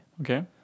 Okay